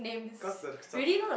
cause the